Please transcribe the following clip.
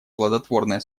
плодотворное